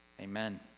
amen